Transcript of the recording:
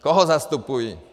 Koho zastupují?